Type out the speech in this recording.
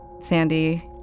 Sandy